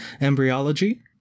Embryology